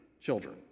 children